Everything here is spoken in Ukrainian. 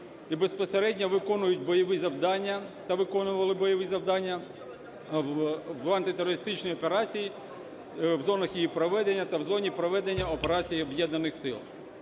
безпосередньо виконують бойові завдання та виконували бойові завдання в антитерористичній операції, в зонах її проведення та в зоні проведення операції Об’єднаних сил.